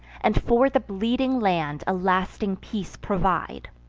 and for the bleeding land a lasting peace provide.